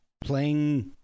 playing